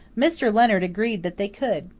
mr. leonard agreed that they could.